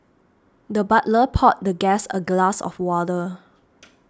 the butler poured the guest a glass of water